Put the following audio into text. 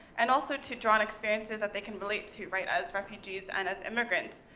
and also to draw on experiences that they can relate to, right? as refugees and as immigrants.